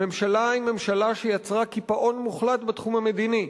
הממשלה היא שיצרה קיפאון מוחלט בתחום המדיני,